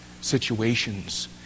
situations